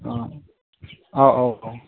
अ अ औ औ